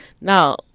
Now